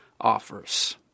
offers